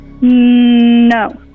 No